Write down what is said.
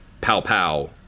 pow-pow